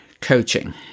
coaching